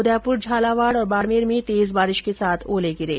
उदयपुर झालावाड़ और बाडमेर में तेज बारिश के साथ ओले गिरे